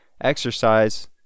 exercise